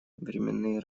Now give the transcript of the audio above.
временные